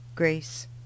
Grace